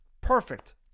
Perfect